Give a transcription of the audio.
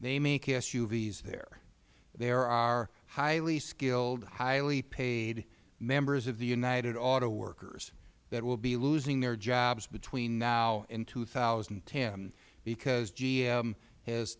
they make suvs there they are highly skilled highly paid members of the united auto workers that will be losing their jobs between now and two thousand and ten because gm has